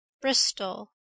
Bristol